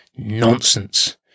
nonsense